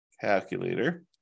Calculator